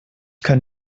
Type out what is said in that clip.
kann